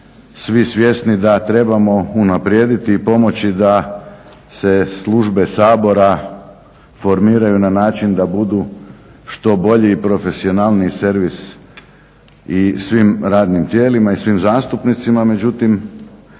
svi svjesni da trebamo unaprijediti i pomoći da se službe Sabora formiraju na način da budu što bolji i profesionalniji servis i svim radnim tijelima i svim zastupnicima.